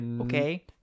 Okay